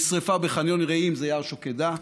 יש שרפה בחניון רעים, זה יער שוקדה,